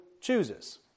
chooses